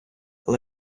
але